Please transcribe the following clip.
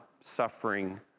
suffering